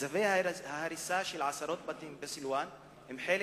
וצווי ההריסה של עשרות בתים בסילואן הם חלק